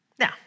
Now